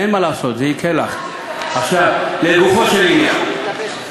אין מה לעשות, זה יקרה לך.